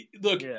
Look